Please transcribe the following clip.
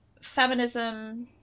feminism